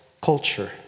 culture